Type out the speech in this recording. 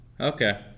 Okay